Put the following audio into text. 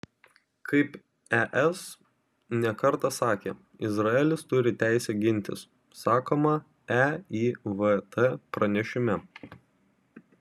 kaip es ne kartą sakė izraelis turi teisę gintis sakoma eivt pranešime